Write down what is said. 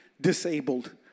disabled